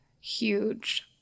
huge